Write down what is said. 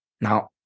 Now